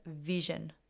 vision